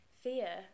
fear